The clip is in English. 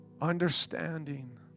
understanding